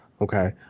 okay